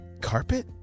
carpet